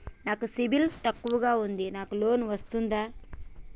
నాకు సిబిల్ తక్కువ ఉంది నాకు లోన్ వస్తుందా?